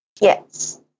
Yes